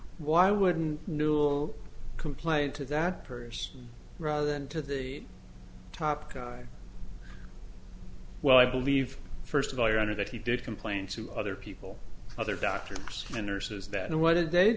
why wouldn't newel complain to that purse rather than to the top guy well i believe first of all your honor that he did complain to other people other doctors and nurses that and what did they